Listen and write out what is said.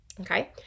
okay